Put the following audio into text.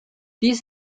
these